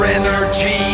energy